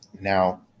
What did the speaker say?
Now